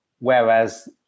Whereas